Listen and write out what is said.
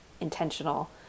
intentional